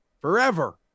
forever